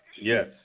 Yes